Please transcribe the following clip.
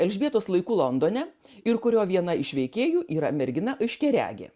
elžbietos laikų londone ir kurio viena iš veikėjų yra mergina aiškiaregė